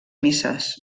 misses